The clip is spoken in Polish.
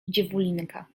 dziewulinka